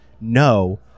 No